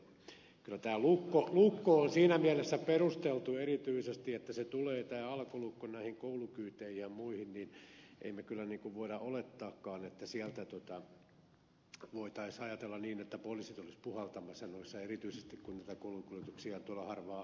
kyllä tämä lukko on siinä mielessä perusteltu erityisesti että tämä alkolukko tulee koulukyyteihin ja muihin ja emme kyllä voi olettaakaan että voitaisiin ajatella niin että poliisit olisivat puhalluttamassa erityisesti koulukuljetuksia tuolla harvaan asutulla alueella ja syrjässä